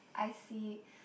I see